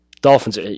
Dolphins